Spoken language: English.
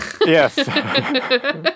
Yes